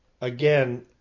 Again